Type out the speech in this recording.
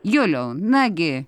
juliau nagi